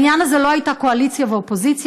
בעניין הזה לא היו קואליציה ואופוזיציה,